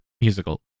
musical